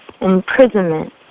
imprisonment